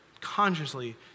consciously